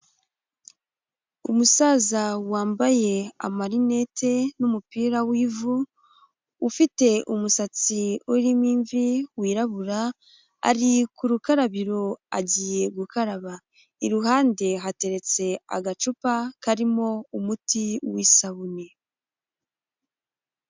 Umusaza wambaye amarinette n'umupira w'ivu, ufite umusatsi urimo imvi wirabura ari ku rukarabiro agiye gukaraba, iruhande hateretse agacupa karimo umuti w'isabune.